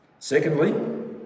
Secondly